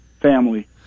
family